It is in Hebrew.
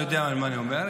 אני יודע מה אני אומר.